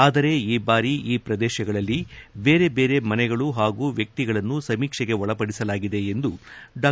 ಆದರೆ ಈ ಬಾರಿ ಈ ಪ್ರದೇಶಗಳಲ್ಲಿ ಬೇರೆ ಬೇರೆ ಮನೆಗಳು ಹಾಗೂ ವ್ಯಕ್ತಿಗಳನ್ನು ಸಮೀಕ್ಷೆಗೆ ಒಳಪಡಿಸಲಾಗಿದೆ ಎಂದು ಡಾ